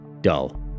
dull